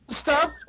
Stop